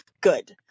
good